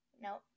No